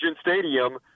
Stadium